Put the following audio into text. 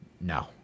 No